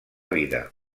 vida